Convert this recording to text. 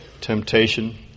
temptation